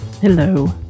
Hello